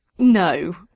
no